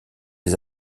des